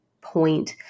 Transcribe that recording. point